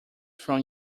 from